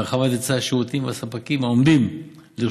בהרחבת